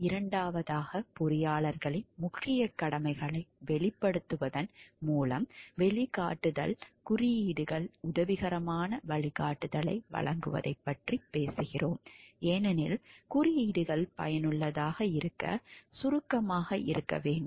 இரண்டாவதாக பொறியாளர்களின் முக்கிய கடமைகளை வெளிப்படுத்துவதன் மூலம் வழிகாட்டுதல் குறியீடுகள் உதவிகரமான வழிகாட்டுதலை வழங்குவதைப் பற்றி பேசுகிறோம் ஏனெனில் குறியீடுகள் பயனுள்ளதாக இருக்க சுருக்கமாக இருக்க வேண்டும்